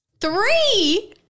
Three